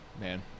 Man